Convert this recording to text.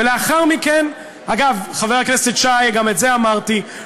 ולאחר מכן, אגב, חבר הכנסת שי, גם את זה אמרתי.